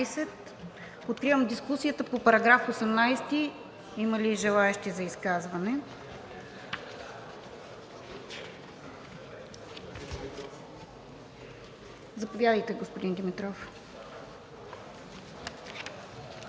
Откривам дискусията по § 18. Има ли желаещи за изказвания? Заповядайте, господин Димитров.